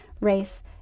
race